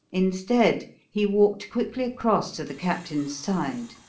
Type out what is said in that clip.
instead, he walked quickly across to the captain's side,